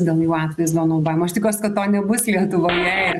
dėl jų atvaizdo naudojimo aš tikiuos kad to nebus lietuvoje ir